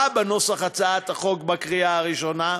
בנוסח הצעת החוק שאושרה בקריאה הראשונה,